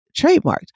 trademarked